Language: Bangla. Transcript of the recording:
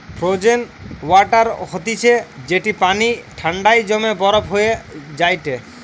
ফ্রোজেন ওয়াটার হতিছে যেটি পানি ঠান্ডায় জমে বরফ হয়ে যায়টে